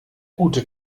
gute